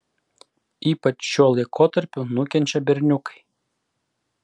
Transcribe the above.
ypač šiuo laikotarpiu nukenčia berniukai